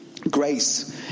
grace